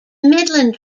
midland